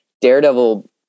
Daredevil